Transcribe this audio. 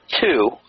two